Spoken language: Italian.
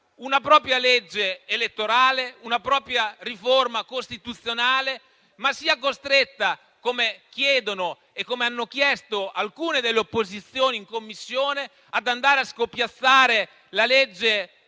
una propria legge elettorale e una propria riforma costituzionale, ma sia costretto, come hanno chiesto alcune delle opposizioni in Commissione, ad andare a scopiazzare le